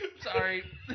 Sorry